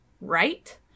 right